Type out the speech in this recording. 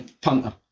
punter